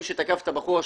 מי שתקף את הבחור השני.